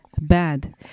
bad